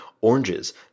oranges